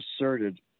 asserted